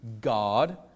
God